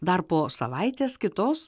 dar po savaitės kitos